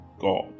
God